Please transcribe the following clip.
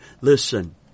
Listen